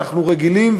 אנחנו רגילים,